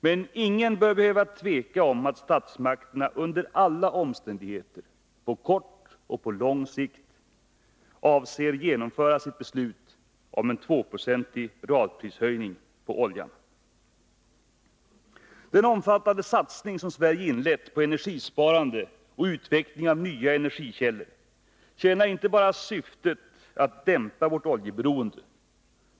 Men ingen bör behöva tvivla på att statsmakterna under alla omständigheter, på kort och på lång sikt, avser att genomföra sitt beslut om en 2-procentig realprishöjning på olja. Den omfattande satsning som Sverige inlett på energisparande och utveckling av nya energikällor tjänar inte bara syftet att dämpa vårt oljeberoende.